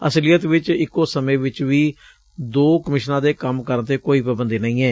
ਅਸਲੀਅਤ ਵਿਚ ਇਕੋ ਸਮੇਂ ਵਿਚ ਵੀ ਦੋ ਕਮਿਸ਼ਨਾਂ ਦੇ ਕੰਮ ਕਰਨ ਤੇ ਕੋਈ ਪਾਬੰਦੀ ਨਹੀਂ ਏ